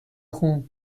خون